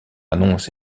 annonce